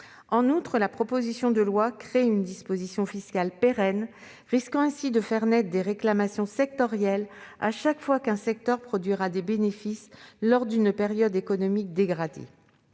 Ensuite, la proposition de loi crée une disposition fiscale pérenne, risquant ainsi de faire naître des réclamations sectorielles chaque fois qu'un secteur produira des bénéfices lors d'une période économique dégradée.